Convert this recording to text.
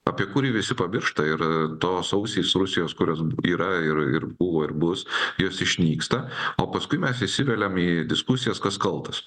apie kurį visi pamiršta ir tos ausys rusijos kurios yra ir ir buvo ir bus jos išnyksta o paskui mes įsiveliam į diskusijas kas kaltas